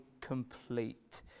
complete